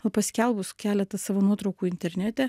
o paskelbus keletą savo nuotraukų internete